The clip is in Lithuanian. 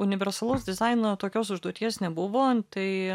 universalaus dizaino tokios užduoties nebuvo tai